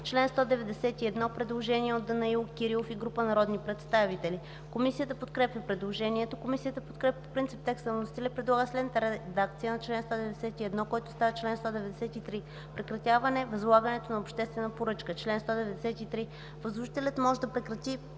чл. 191. Предложение от Данаил Кирилов и група народни представители. Комисията подкрепя предложението. Комисията подкрепя по принцип текста на вносителя и предлага следната редакция на чл. 191, който става чл. 193: „Прекратяване възлагането на обществена поръчка Чл. 193. Възложителят може да прекрати